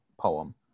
poem